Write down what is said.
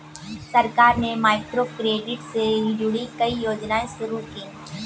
सरकार ने माइक्रोक्रेडिट से जुड़ी कई योजनाएं शुरू की